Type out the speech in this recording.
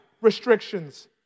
restrictions